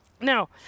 Now